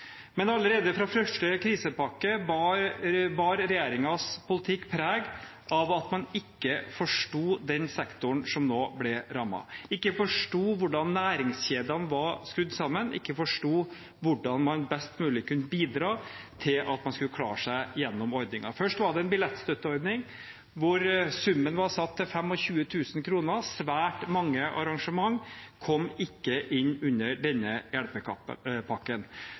Men allerede fra første krisepakke bar regjeringens politikk preg av at man ikke forsto den sektoren som nå ble rammet, ikke forsto hvordan næringskjedene var skrudd sammen, ikke forsto hvordan man best mulig kunne bidra til at man skulle klare seg gjennom ordningen. Først var det en billettstøtteordning hvor summen var satt til 25 000 kr. Svært mange arrangement kom ikke inn under denne